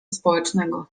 społecznego